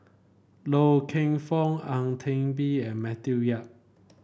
Loy Keng Foon Ang Teck Bee and Matthew Yap